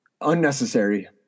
Unnecessary